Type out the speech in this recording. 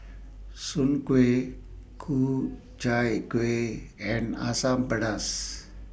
Soon Kway Ku Chai Kueh and Asam Pedas